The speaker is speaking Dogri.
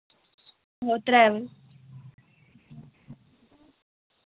आहो त्रै बजे